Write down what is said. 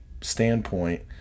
standpoint